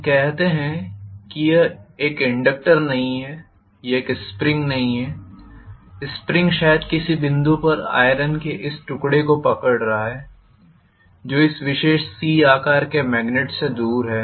हम कहते हैं कि यह इनडक्टर नहीं है यह एक स्प्रिंग है स्प्रिंगशायद किसी बिंदु पर आइरन के इस टुकड़े को पकड़ रहा है जो इस विशेष "C" आकार के मेग्नेट से दूर है